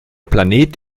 planet